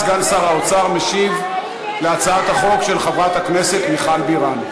סגן שר האוצר משיב על הצעת החוק של חברת הכנסת מיכל בירן.